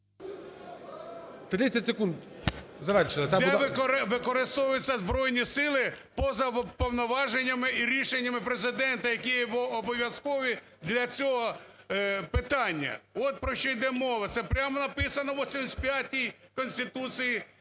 де використовуються Збройні Сили поза повноваженнями і рішеннями Президента, які є обов'язкові для цього питання, от про що йде мова, це прямо написано у 85 Конституції